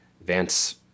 Vance